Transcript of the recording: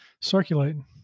circulating